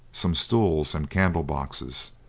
some stools, and candle boxes.